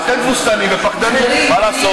אתם תבוסתנים ופחדנים, מה לעשות?